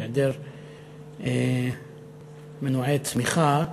היעדר מנועי צמיחה,